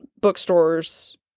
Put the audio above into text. bookstores